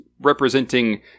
representing